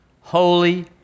holy